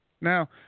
Now